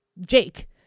Jake